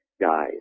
guys